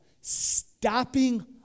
stopping